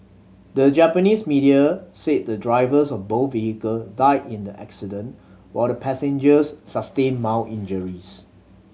the Japanese media said the drivers of both vehicle died in the accident while the passengers sustained mild injuries